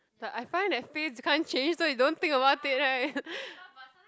like I find that face can't change so you don't think about it right